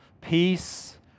peace